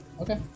Okay